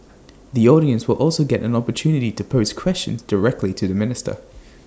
the audience will also get an opportunity to pose questions directly to the minister